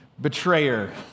betrayer